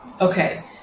Okay